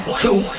two